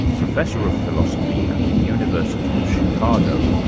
professor of philosophy at the university of chicago,